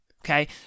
Okay